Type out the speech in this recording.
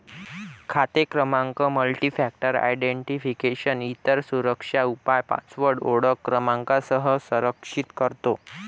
खाते क्रमांक multifactor identification, इतर सुरक्षा उपाय पासवर्ड ओळख क्रमांकासह संरक्षित करतो